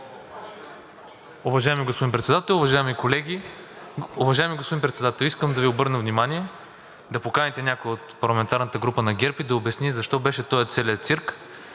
Уважаеми господин Председател, уважаеми колеги! Уважаеми господин Председател, искам да Ви обърна внимание да поканите някой от парламентарната група на ГЕРБ да обясни защо беше целият